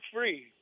Free